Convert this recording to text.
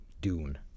Dune